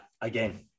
Again